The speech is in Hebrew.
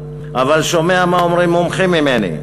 אבל שומע מה אומרים מומחים ממני.